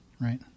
right